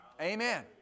Amen